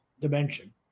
dimension